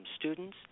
students